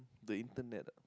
the internet ah